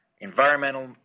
environmental